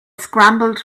scrambled